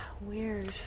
Weird